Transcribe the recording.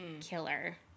killer